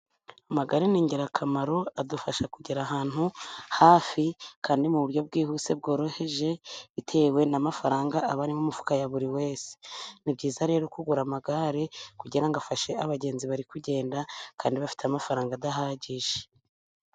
Amagare ni ingirakamaro, adufasha kugera ahantu hafi kandi mu buryo bwihuse bworoheje, bitewe n'amafaranga aba ari mu mifuka ya buri wese, ni byiza rero kugura amagare kugira ngo afashe abagenzi bari kugenda kandi bafite amafaranga adahagije.